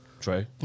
Trey